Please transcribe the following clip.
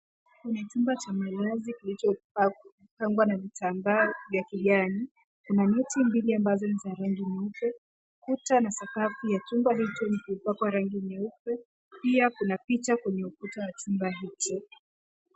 Kuna chumba cha malazi kilicho pangwa na vitambaa vya kijani. Kuna neti mbili ambazo ni za rangi nyeupe, kuta na sakafu ya chumba hicho imepakwa rangi nyeupe, pia kuna picha kwenye ukuta wa chumba hiki.